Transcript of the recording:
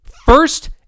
first